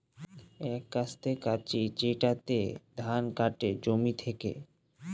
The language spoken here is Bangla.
এক কাস্তে কাঁচি যেটাতে ধান কাটে জমি থেকে